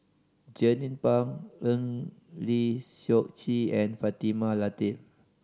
Jernnine Pang Eng Lee Seok Chee and Fatimah Lateef